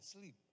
sleep